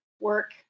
work